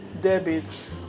debit